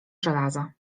żelaza